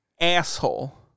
asshole